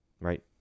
right